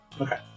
Okay